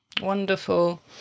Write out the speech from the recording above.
Wonderful